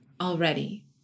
already